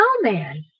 snowman